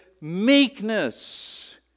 meekness